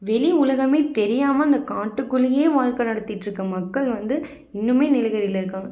வெளி உலகம் தெரியாமல் அந்த காட்டுக்குள்ளேயே வாழ்க்கை நடத்திகிட்டு இருக்கற மக்கள் வந்து இன்னும் நீலகிரியில் இருக்காங்க